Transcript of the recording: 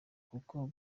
kuko